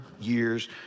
years